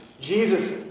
Jesus